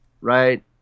right